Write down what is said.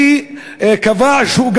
והוא גם